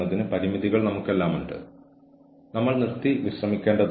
അതിനാൽ ജീവനക്കാർ വളരാൻ ഇഷ്ടപ്പെടുന്നു